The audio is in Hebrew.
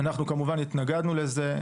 אנחנו כמובן התנגדנו לזה.